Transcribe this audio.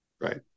Right